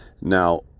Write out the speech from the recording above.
now